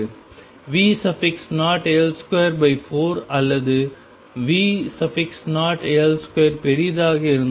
V0L24 அல்லது V0L2 பெரியதாக இருந்தால்